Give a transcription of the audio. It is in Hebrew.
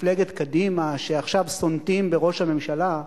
לפני פעמיים כשנפגשנו כאן באירוע הזה של 40 חתימות